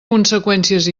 conseqüències